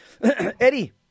Eddie